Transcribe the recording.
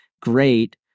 great